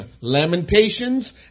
lamentations